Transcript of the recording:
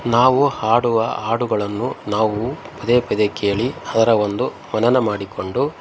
ನಾವು ಹಾಡುವ ಹಾಡುಗಳನ್ನು ನಾವು ಪದೇ ಪದೇ ಕೇಳಿ ಅದರ ಒಂದು ಮನನ ಮಾಡಿಕೊಂಡು